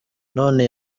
none